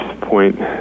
point